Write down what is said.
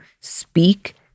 speak